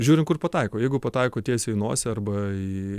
žiūrint kur pataiko jeigu pataiko tiesiai į nosį arba į